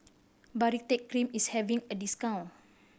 Baritex Cream is having a discount